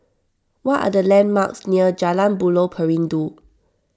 what are the landmarks near Jalan Buloh Perindu